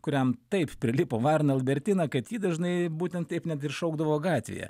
kuriam taip prilipo varna albertina kad jį dažnai būtent taip ir šaukdavo gatvėje